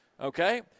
Okay